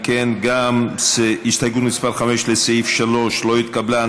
אם כן, גם הסתייגות מס' 5 לסעיף 3 לא התקבלה.